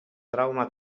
trauma